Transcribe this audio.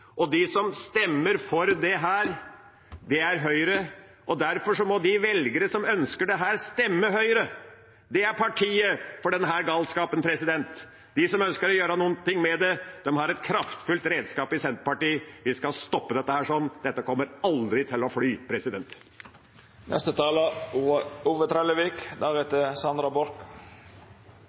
og de som stemmer for dette, er Høyre. Derfor må de velgerne som ønsker dette, stemme Høyre. Det er partiet for denne galskapen. De som ønsker å gjøre noe med det, har et kraftfullt redskap i Senterpartiet. Vi skal stoppe dette. Dette kommer aldri til å fly.